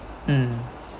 mm